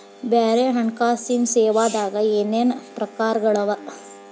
ಬ್ಯಾರೆ ಹಣ್ಕಾಸಿನ್ ಸೇವಾದಾಗ ಏನೇನ್ ಪ್ರಕಾರ್ಗಳವ?